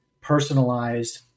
personalized